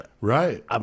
Right